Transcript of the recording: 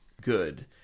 good